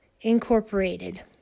Incorporated